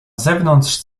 zewnątrz